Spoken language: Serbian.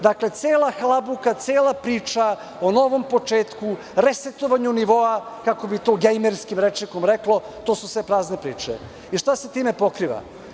Dakle, cela halabuka, cela priča o novom početku, resetovanju nivoa, kako bi se to gejmerskim rečnikom reklo, to su sve prazne priče, i šta se time pokriva?